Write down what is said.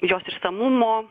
jos išsamumo